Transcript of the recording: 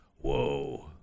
whoa